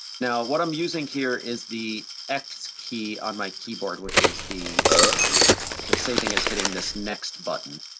now what i'm using here is the x key on my keyboard, which is the um the same thing as hitting this next button.